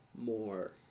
more